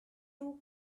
two